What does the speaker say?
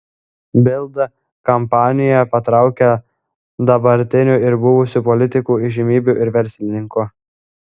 bild kampanija patraukė dabartinių ir buvusių politikų įžymybių ir verslininkų